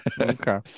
Okay